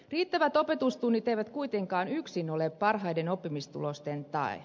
riittävät opetustunnit eivät kuitenkaan yksin ole parhaiden oppimistulosten tae